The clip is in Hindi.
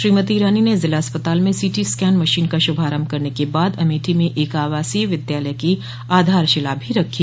श्रीमती ईरानी ने जिला अस्पताल में सोटी स्कैन मशीन का श्रभारम्भ करने के बाद अमेठी में एक आवासीय विद्यालय की आधारशिला भी रखी